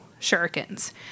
shurikens